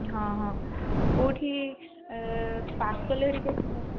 ହଁ ହଁ କେଉଁଠି ପାର୍ସଲ୍ ହେରିକା ଥିଲା